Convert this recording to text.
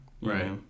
Right